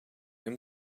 him